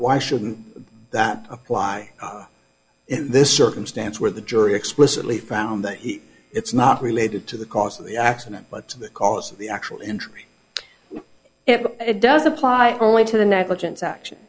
why shouldn't that apply in this circumstance where the jury explicitly found that it's not related to the cause of the accident but to the cause of the actual interest if it does apply only to the negligence action